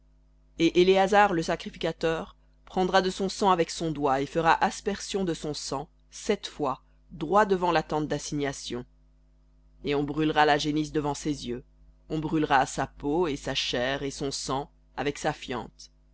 et éléazar le sacrificateur prendra de son sang avec son doigt et fera aspersion de son sang sept fois droit devant la tente dassignation et on brûlera la génisse devant ses yeux on brûlera sa peau et sa chair et son sang avec sa fiente